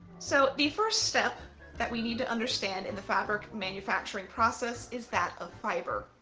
so the first step that we need to understand in the fabric manufacturing process is that of fibre.